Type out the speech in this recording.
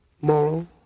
moral